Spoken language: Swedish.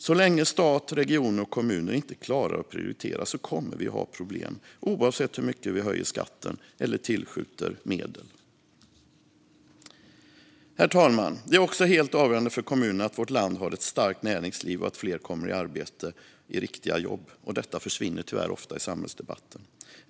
Så länge stat, regioner och kommuner inte klarar att prioritera kommer vi att ha problem oavsett hur mycket vi höjer skatten eller hur mycket medel vi tillskjuter. Fru talman! Det är också helt avgörande för kommunerna att vårt land har ett starkt näringsliv och att fler kommer i arbete i riktiga jobb. Detta försvinner tyvärr ofta i samhällsdebatten.